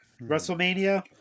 WrestleMania